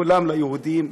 כולם ליהודים,